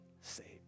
saved